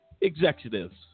Executives